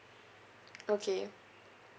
okay